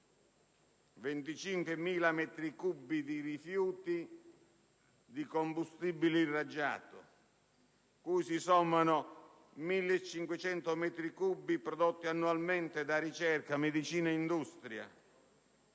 25.000 metri cubi di rifiuti di combustibile irraggiato, cui si sommano 1.500 metri cubi prodotti annualmente dai settori della ricerca,